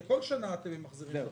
כי בכל שנה אתם ממחזרים.